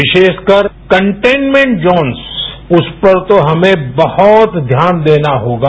विशेषकर कन्टेनमेंट जॉस उस पर हमें बहुतध्यान देना होगा